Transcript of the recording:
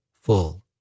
full